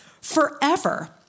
forever